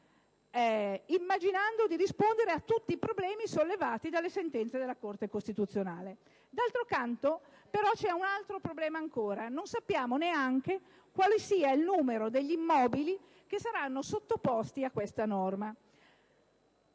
immaginando così di rispondere a tutti i problemi sollevati dalle sentenze della Corte costituzionale. D'altro canto, c'è ancora un altro problema: noi non sappiamo neanche quale sia il numero degli immobili che saranno sottoposti a questa norma.